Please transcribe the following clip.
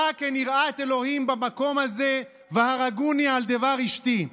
"רק אין יראת אלהים במקום הזה והרגוני על דבר אשתי",